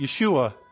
Yeshua